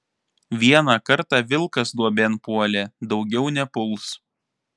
vieną kartą vilkas duobėn puolė daugiau nepuls